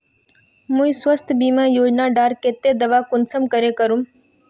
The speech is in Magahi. मुई स्वास्थ्य बीमा योजना डार केते दावा कुंसम करे करूम?